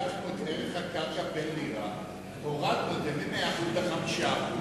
לקחנו את ערך הקרקע, הורדנו מ-100% ל-5%,